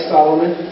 Solomon